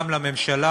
גם לממשלה,